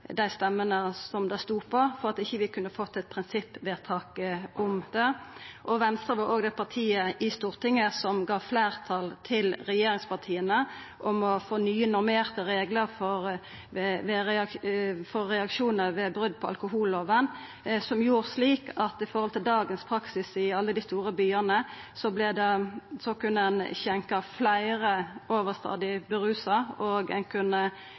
det stod på for å kunne få eit prinsippvedtak om det. Venstre var òg det partiet i Stortinget som gjorde at regjeringspartia fekk fleirtal for å få nye normerte reglar for reaksjonar ved brot på alkoholloven, noko som gjorde at ein – i forhold til dagens praksis i alle dei store byane – kunne skjenka fleire overstadig rusa, og ein kunne